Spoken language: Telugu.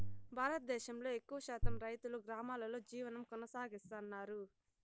భారతదేశంలో ఎక్కువ శాతం రైతులు గ్రామాలలో జీవనం కొనసాగిస్తన్నారు